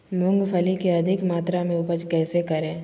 मूंगफली के अधिक मात्रा मे उपज कैसे करें?